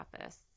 office